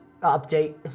Update